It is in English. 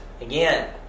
Again